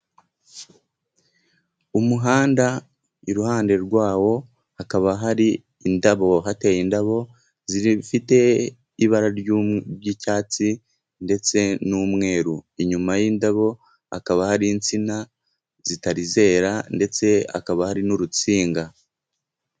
Umuhanda iruhande rwawo hakaba hari indabo, hateye indabo zifite ibara ry'icyatsi ndetse n'umweru inyuma y'indabo hakaba hari insina zitarizera ndetse hakaba hari n'urusinga.